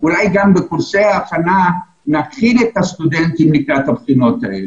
אולי גם בקורסי ההכנה נכין את הסטודנטים לקראת הבחינות האלה.